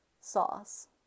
sauce